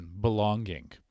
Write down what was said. belonging